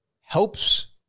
helps